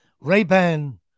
Ray-Ban